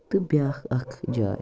تہٕ بیاکھ اَکھ جاے